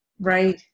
Right